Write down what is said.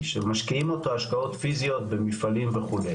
שמשקיעים אותו השקעות פיזיות במפעלים וכו'.